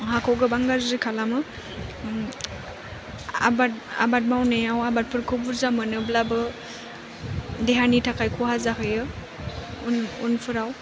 हाखौ गोबां गाज्रि खालामो आबाद आबाद मावनायाव आबादफोरखौ बुरजा मोनोब्लाबो देहानि थाखाय खहा जाहैयो उन उनफोराव